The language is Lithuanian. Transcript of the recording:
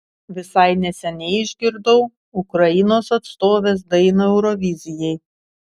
visai neseniai išgirdau ukrainos atstovės dainą eurovizijai